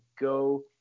go